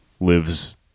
lives